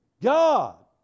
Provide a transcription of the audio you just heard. God